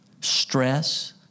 stress